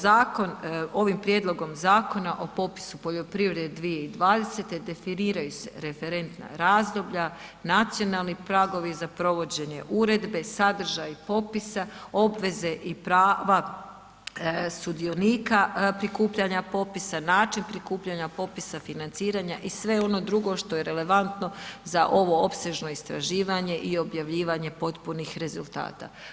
Zakon ovim prijedlogom Zakona o popisu poljoprivrede 2020. definiraju se referentna razdoblja, nacionalni pragovi za provođenje uredbe, sadržaj popisa, obveze i prava sudionika prikupljanja popisa, način prikupljanja popisa, financiranja i sve ono drugo što je relevantno za ovo opsežno istraživanje i objavljivanje potpunih rezultata.